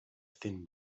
thin